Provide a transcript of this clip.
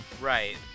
Right